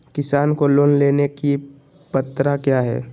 किसान को लोन लेने की पत्रा क्या है?